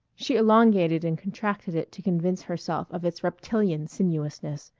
she elongated and contracted it to convince herself of its reptilian sinuousness.